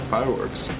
Fireworks